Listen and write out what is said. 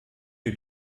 die